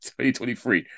2023